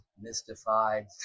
mystified